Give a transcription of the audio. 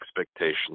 expectations